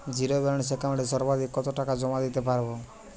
Zero balance একাউন্টে সর্বাধিক কত টাকা জমা দিতে পারব?